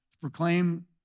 proclaim